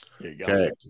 Okay